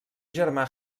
germà